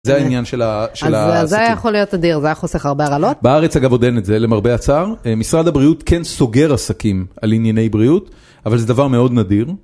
זה העניין של העסקים. אז זה היה יכול להיות אדיר, זה היה חוסך הרבה הרעלות. בארץ אגב עוד אין את זה למרבה הצער. משרד הבריאות כן סוגר עסקים על ענייני בריאות, אבל זה דבר מאוד נדיר.